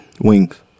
Wings